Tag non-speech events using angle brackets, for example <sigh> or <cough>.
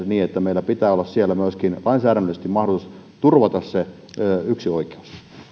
<unintelligible> niin että meillä pitää olla siellä myöskin lainsäädännöllisesti mahdollisuus turvata se yksinoikeus